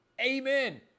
amen